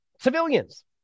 Civilians